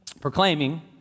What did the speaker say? proclaiming